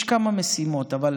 יש כמה משימות, אבל